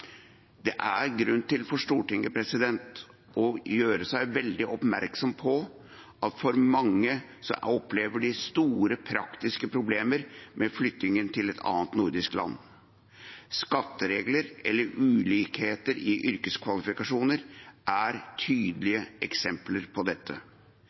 Det er for Stortinget grunn til å være veldig oppmerksom på at mange opplever store praktiske problemer ved flytting til et annet nordisk land. Skatteregler eller ulikheter i yrkeskvalifikasjoner er tydelige eksempler på dette.